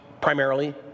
primarily